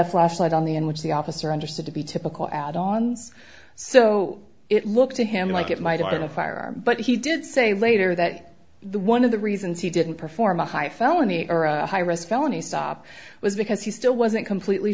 a flashlight on the in which the officer understood to be typical add on's so it looked to him like it might have been a firearm but he did say later that the one of the reasons he didn't perform a high felony or a felony stop was because he still wasn't completely